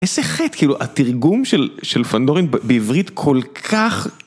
איזה חטא, כאילו התרגום של פנדורין בעברית כל כך...